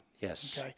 yes